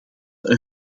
een